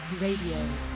Radio